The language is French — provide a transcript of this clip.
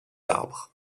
arbres